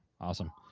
Awesome